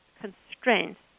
constraints